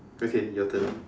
okay your turn